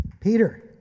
Peter